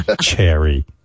Cherry